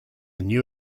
new